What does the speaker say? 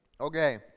Okay